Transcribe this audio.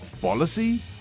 policy